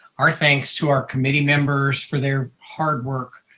our thanks to our committee members for their hard work.